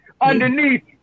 Underneath